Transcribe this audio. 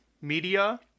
media